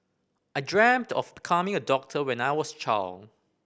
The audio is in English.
I dreamt of becoming a doctor when I was a child